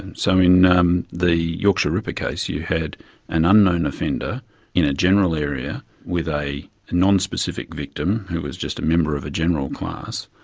and so in um the yorkshire ripper case you had an unknown offender in a general area with a non-specific victim who was just a member of a general class.